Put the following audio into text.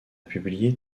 publié